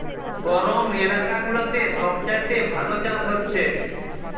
গরম এলাকা গুলাতে সব চাইতে ভালো চাষ হচ্ছে